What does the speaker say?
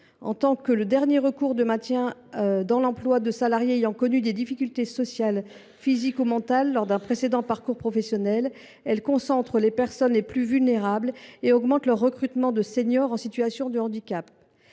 En tant que dernier recours pour le maintien dans l’emploi de salariés ayant connu des difficultés sociales, physiques ou mentales lors d’un précédent parcours professionnel, elles concentrent les personnes les plus vulnérables et augmentent le recrutement de seniors en situation de handicap.